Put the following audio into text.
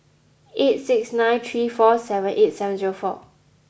eight six nine three four seven eight seven zero four